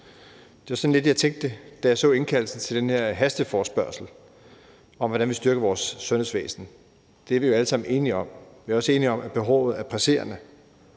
Det var lidt sådan, jeg tænkte på det, da jeg så indkaldelsen til den her hasteforespørgsel om, hvordan vi styrker vores sundhedsvæsen. Det er vi jo alle sammen enige om at vi skal, og vi er også enige om, at behovet er presserende.